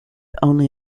only